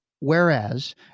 Whereas